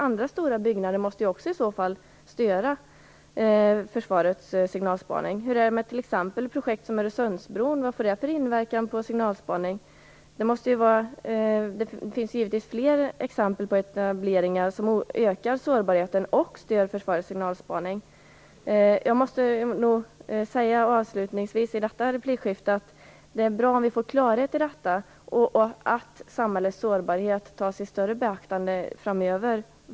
Andra stora byggnader måste då också i så fall inverka störande på försvarets signalspaning. Hur är det t.ex. med sådana projekt som Öresundsbron? Vad har de för inverkan på signalspaning? Det finns givetvis fler exempel på etableringar som ökar sårbarheten och stör försvarets signalspaning. Avslutningsvis vill jag säga att det är bra om vi får klarhet i detta och att samhällets sårbarhet tas i större beaktande framöver.